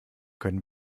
können